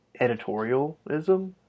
editorialism